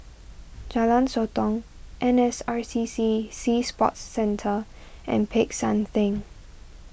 Jalan Sotong N S R C C Sea Sports Centre and Peck San theng